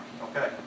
Okay